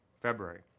February